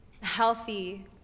healthy